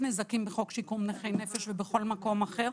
נזקים בחוק שיקום נכי נפש ובכל מקום אחר,